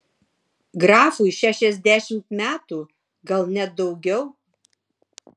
grafui šešiasdešimt metų gal net daugiau